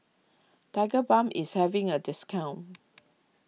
Tigerbalm is having a discount